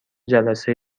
جلسه